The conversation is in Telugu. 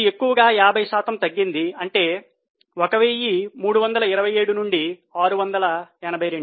ఇది ఎక్కువగా 50 శాతం తగ్గింది అంటే 1327 నుండి 682